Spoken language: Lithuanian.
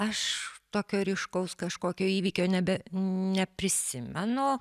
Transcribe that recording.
aš tokio ryškaus kažkokio įvykio nebe neprisimenu